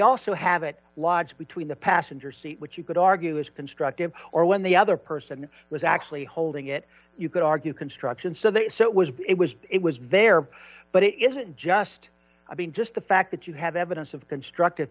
lodged between the passenger seat which you could argue is constructive or when the other person was actually holding it you could argue construction so they said it was it was it was there but it isn't just i mean just the fact that you have evidence of constructive